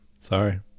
sorry